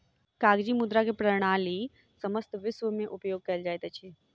कागजी मुद्रा के प्रणाली समस्त विश्व में उपयोग कयल जाइत अछि